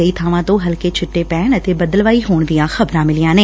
ਕਈ ਬਾਵਾਂ ਤੋਂ ਹਲਕੇ ਛਿੱਟੇ ਪੈਣ ਅਤੇ ਬਦਲਵਾਈ ਹੋਣ ਦੀਆਂ ਖਬਰਾਂ ਮਿਲੀਆਂ ਨੇ